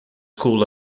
school